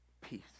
peace